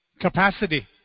capacity